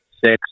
six